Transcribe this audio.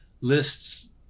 lists